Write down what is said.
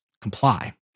comply